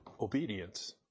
Obedience